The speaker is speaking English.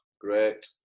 great